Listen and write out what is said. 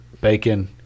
bacon